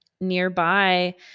nearby